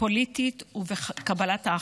פוליטית ובקבלת ההחלטות.